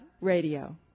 radio